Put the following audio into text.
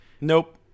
Nope